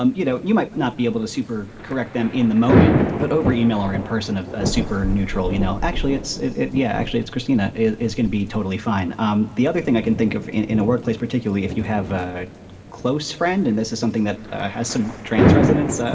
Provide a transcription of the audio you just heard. um you know, you might not be able to super correct them in the moment, but over email or in person of ah super neutral, you know. actually it's it. yeah. actually it's christina is is going to be totally fine. um the other thing i can think of in in a workplace, particularly if you have a close friend and this is something that has some trans residents, ah